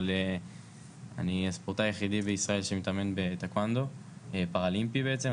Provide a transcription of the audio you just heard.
אבל אני הספורטאי היחידי בישראל שמתאמן בטקוונדו פרה-לימפי בעצם,